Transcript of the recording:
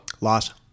Loss